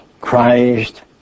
Christ